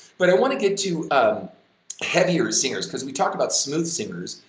but i want to get to um heavier singers because we talk about smooth singers,